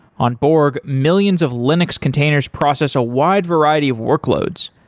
on borg, millions of linux containers process a wide variety of workloads.